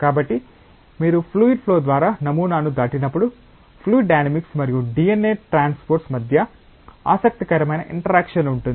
కాబట్టి మీరు fluid flow ద్వారా నమూనాను దాటినప్పుడు ఫ్లూయిడ్ డైనమిక్స్ మరియు DNA ట్రాన్స్పోర్ట్ మధ్య ఆసక్తికరమైన ఇంటరాక్షన్ ఉంటుంది